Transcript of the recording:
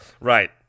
Right